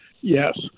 Yes